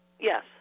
Yes